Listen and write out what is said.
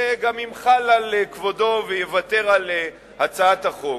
גם ימחל על כבודו ויוותר על הצעת החוק.